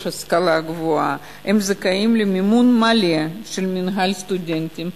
השכלה גבוהה זכאים למימון מלא ממינהל הסטודנטים.